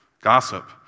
gossip